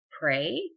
pray